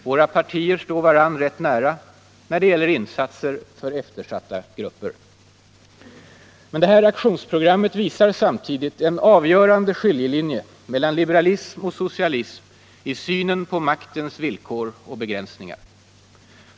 Våra partier står varandra rätt nära när det gäller insatser för eftersatta grupper. Men det här aktionsprogrammet visar samtidigt en avgörande skiljelinje mellan liberalism och socialism i synen på maktens villkor och begränsningar.